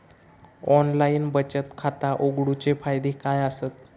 Online बचत खाता उघडूचे फायदे काय आसत?